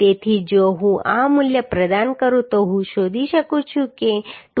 તેથી જો હું આ મૂલ્ય પ્રદાન કરું તો હું શોધી શકું છું કે 2